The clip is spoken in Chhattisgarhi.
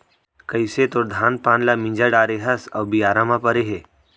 कइसे तोर धान पान ल मिंजा डारे हस अउ बियारा म परे हे